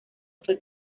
fue